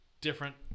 different